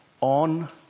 On